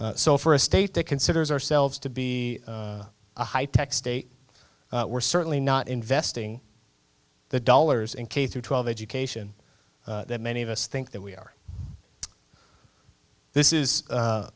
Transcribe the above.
one so for a state that considers ourselves to be a high tech state we're certainly not investing the dollars in k through twelve education that many of us think that we are this is